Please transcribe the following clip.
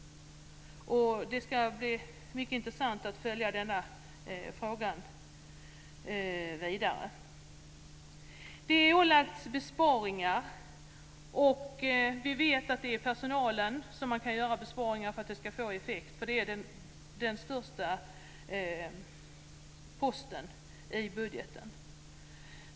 Det skall bli mycket intressant att följa denna fråga vidare. Det har ålagts besparingar. Vi vet att det är personalen som man kan göra besparingar på för att det skall få effekt, för det är den största utgiftsposten i budgeten.